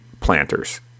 planters